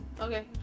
Okay